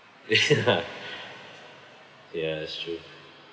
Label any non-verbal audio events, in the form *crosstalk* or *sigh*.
ya *laughs* ya that's true